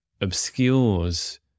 obscures